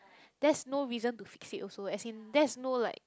that's no reason to fix it also as in like that's no like